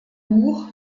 buch